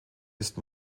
ist